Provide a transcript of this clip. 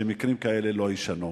ושמקרים כאלו לא יישנו.